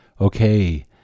Okay